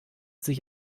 sich